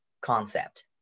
concept